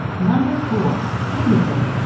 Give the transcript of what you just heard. number four. heidelberg.